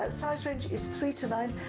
ah so so is three to nine,